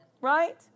right